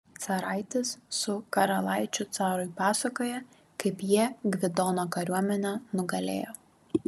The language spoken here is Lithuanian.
caraitis su karalaičiu carui pasakoja kaip jie gvidono kariuomenę nugalėjo